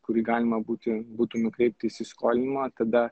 kurį galima būti būtų nukreipt į įsiskolinimą tada